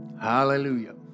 Hallelujah